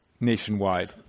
nationwide